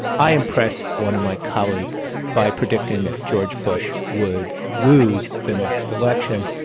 i impressed one of my colleagues by predicting that george bush would lose the next election.